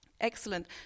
Excellent